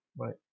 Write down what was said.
Right